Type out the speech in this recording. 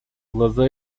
глаза